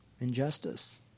Injustice